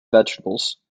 vegetables